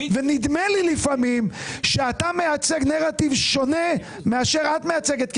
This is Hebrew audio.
נדמה לי לפעמים שאתה מייצג נרטיב שונה מאשר את מייצגת כי